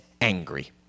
angry